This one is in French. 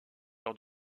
lors